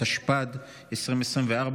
התשפ"ד 2024,